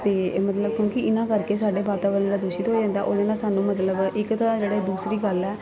ਅਤੇ ਮਤਲਬ ਕਿਉਂਕਿ ਇਹਨਾਂ ਕਰਕੇ ਸਾਡੇ ਵਾਤਾਵਰਣ ਜਿਹੜਾ ਦੂਸ਼ਿਤ ਹੋ ਜਾਂਦਾ ਉਹਦੇ ਨਾਲ ਸਾਨੂੰ ਮਤਲਬ ਇੱਕ ਤਾਂ ਜਿਹੜੇ ਦੂਸਰੀ ਗੱਲ ਆ